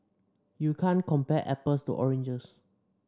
you can't compare apples to oranges